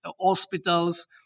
hospitals